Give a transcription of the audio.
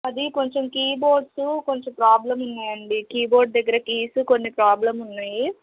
అది కొంచెం కీబోర్డ్సు కొంచెం ప్రాబ్లమ్ ఉన్నాయండి కీబోర్డ్ దగ్గర కీసు కొన్ని ప్రాబ్లమ్ ఉన్నాయి